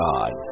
God